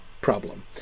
problem